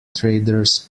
traders